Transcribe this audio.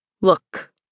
Look